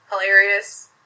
hilarious